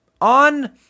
on